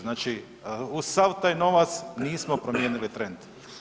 Znači uz sav taj novac nismo promijenili trend.